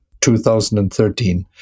2013